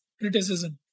criticism